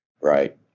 right